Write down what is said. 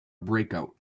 breakout